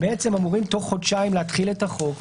בעצם אמורים תוך חודשיים להתחיל את החוק,